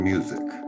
Music